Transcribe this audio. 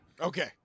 Okay